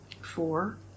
four